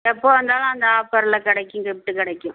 எப்போது வந்தாலும் அந்த ஆஃபரில் கிடைக்கும் கிஃப்ட்டு கிடைக்கும்